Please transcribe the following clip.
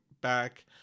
back